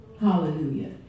Hallelujah